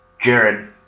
Jared